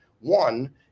One